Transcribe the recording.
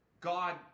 God